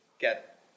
get